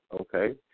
Okay